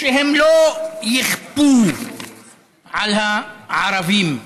שהם לא יכפו על הערבים,